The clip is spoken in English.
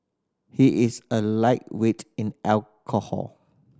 he is a lightweight in alcohol